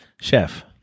Chef